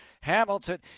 Hamilton